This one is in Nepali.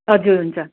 हजुर हुन्छ